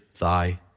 thy